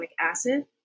acid